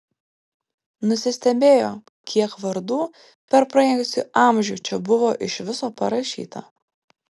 nusistebėjo kiek vardų per praėjusį amžių čia buvo iš viso parašyta